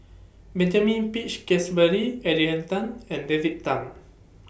Benjamin Peach Keasberry Adrian Tan and David Tham